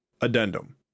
Addendum